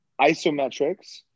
isometrics